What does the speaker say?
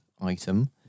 item